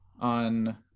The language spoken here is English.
on